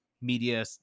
media